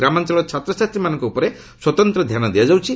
ଗ୍ରାମାଞ୍ଚଳର ଛାତ୍ରଛାତ୍ରୀ ମାନଙ୍କ ଉପରେ ସ୍ୱତନ୍ତ ଧ୍ୟାନ ଦିଆଯାଉଛି